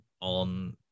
on